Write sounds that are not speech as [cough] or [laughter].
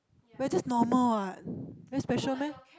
we're just normal what [breath] very special meh